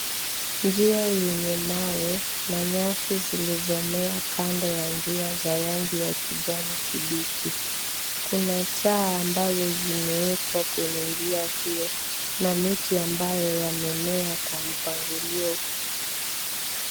Njia yenye mawe na nyasi zilizomea kando ya njia za rangi ya kijani kibichi. Kuna taa ambazo zimeekwa kwenye njia hiyo na miti ambayo yamemea kwa mpangilio.